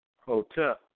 hotel